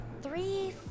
Three